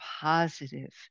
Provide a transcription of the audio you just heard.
positive